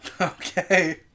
Okay